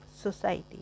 society